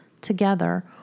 together